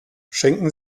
schenken